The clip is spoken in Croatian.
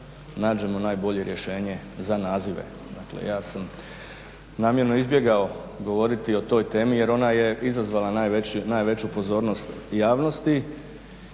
nađemo najbolje rješenje za nazive. Evo ja sam namjerno izbjegao govoriti o toj temi jer ona je izazvala najveću pozornost javnosti